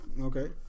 Okay